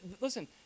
listen